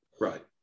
Right